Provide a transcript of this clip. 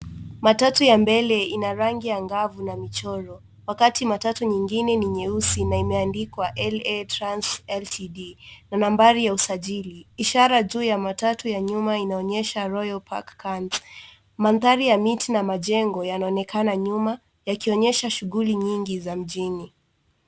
Matatu ya mbele ina rangi angavu na michoro. Wakati matatu nyingine ni nyeusi na imeandikwa L.A. Trans L.t.d na nambari ya usajiri ,ishara juu ya matatu ya nyuma inaonyesha royal park ans. Mandhari ya miti na majengo yanaonekana nyuma yakionyesha shughuli nyingi za mjini.